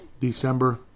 December